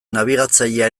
nabigatzailea